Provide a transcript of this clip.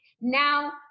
now